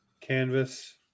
Canvas